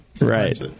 Right